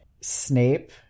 Snape